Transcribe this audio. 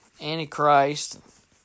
Antichrist